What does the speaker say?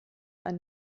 ein